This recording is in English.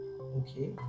Okay